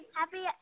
happy